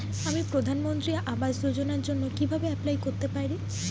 আমি প্রধানমন্ত্রী আবাস যোজনার জন্য কিভাবে এপ্লাই করতে পারি?